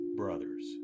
brothers